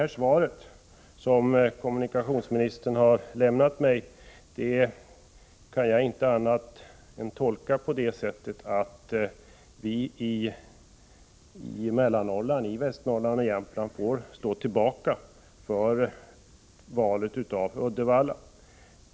Det svar som kommunikationsministern har lämnat till mig kan jag arbeten i Väster: inte tolka på annat sätt än att vi i Mellannorrland, dvs. Västernorrland och norrlands och Jämtland, får stå tillbaka med hänsyn till valet av Uddevalla.